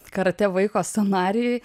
karatė vaiko scenarijui